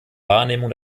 wahrnehmung